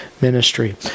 ministry